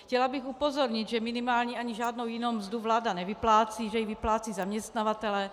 Chtěla bych upozornit, že minimální ani žádnou jinou mzdu vláda nevyplácí, že ji vyplácejí zaměstnavatelé.